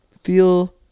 Feel